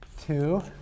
two